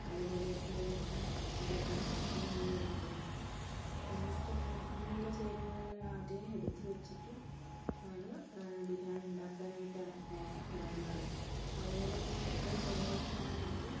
അതുപോലെ ഏലക്ക ഇതൊക്കെ എടുത്ത് വയ്ക്കും നെയ്യ് എടുത്ത് വയ്ക്കും എന്നിട്ട് ഇങ്ങനെ ഉള്ള ചേരുവകളെല്ലാം ആദ്യമേ എടുത്ത് വച്ചിട്ട് ആണ് ബിരിയാണി ഉണ്ടാക്കാനായിട്ട് ഇറങ്ങാറ് അതുപോലെ തന്നെ ഇപ്പോൾ ചോറൊക്കെ ആണെങ്കിൽ